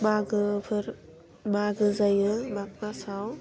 मागोफोर मागो जायो माघ माचाव